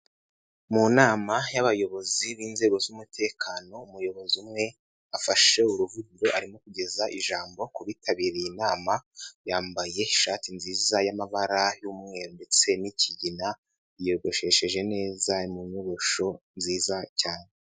Mu nama y'abayobozi b'inzego z'umutekano umuyobozi umwe afashe uruvugiro arimo kugeza ijambo ku bitabiriye inama, yambaye ishati nziza y'amabara y'umweru ndetse n'ikigina, yiyogoshesheje neza mu nyogosho nziza cyane.